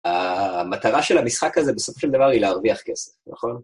המטרה של המשחק הזה בסופו של דבר היא להרוויח כסף, נכון?